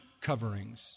coverings